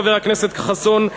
חבר הכנסת חסון,